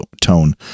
tone